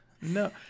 No